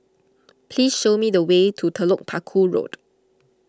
please show me the way to Telok Paku Road